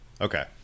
Okay